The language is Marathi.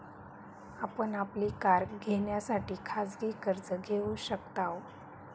आपण आपली कार घेण्यासाठी खाजगी कर्ज घेऊ शकताव